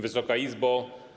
Wysoka Izbo!